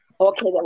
Okay